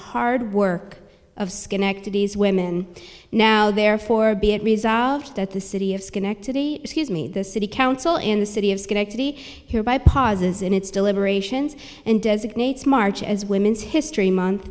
hard work of schenectady as women now therefore be it resolved at the city of schenectady excuse me the city council in the city of schenectady hereby pauses in its deliberations and designates march as women's history month